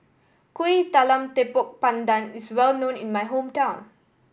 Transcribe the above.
Kuih Talam Tepong Pandan is well known in my hometown